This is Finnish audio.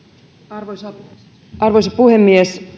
arvoisa arvoisa puhemies